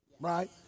right